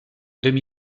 demi